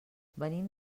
venim